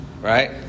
Right